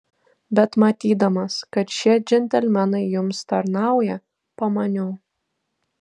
bet matydamas kad šie džentelmenai jums tarnauja pamaniau